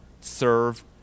serve